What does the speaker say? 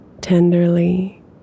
tenderly